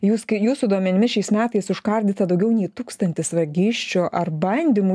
jūs kai jūsų duomenimis šiais metais užkardyta daugiau nei tūkstantis vagysčių ar bandymų